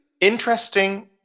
interesting